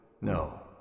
no